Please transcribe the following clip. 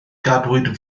gadwyn